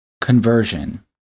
conversion